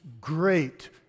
great